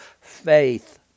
faith